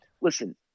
listen